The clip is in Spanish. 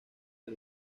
del